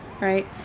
right